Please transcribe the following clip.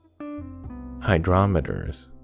hydrometers